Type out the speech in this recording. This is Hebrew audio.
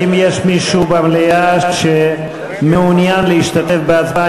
האם יש במליאה מישהו שמעוניין להשתתף בהצבעה?